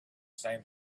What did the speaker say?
same